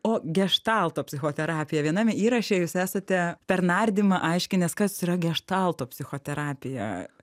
o geštalto psichoterapija viename įraše jūs esate per nardymą aiškinęs kas yra geštalto psichoterapija